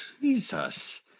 Jesus